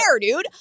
dude